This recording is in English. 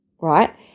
right